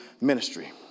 ministry